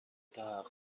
تحقق